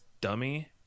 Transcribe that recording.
dummy